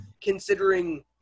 considering